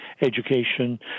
education